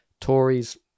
Tories